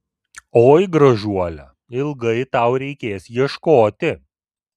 oi gražuole ilgai tau reikės ieškoti